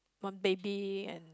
one baby and